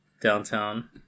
Downtown